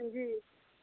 हंजी